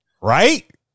Right